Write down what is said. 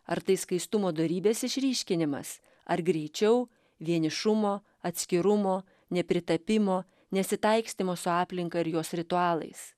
ar tai skaistumo dorybės išryškinimas ar greičiau vienišumo atskirumo nepritapimo nesitaikstymo su aplinka ir jos ritualais